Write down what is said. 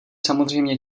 samozřejmě